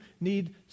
need